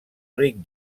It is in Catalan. ric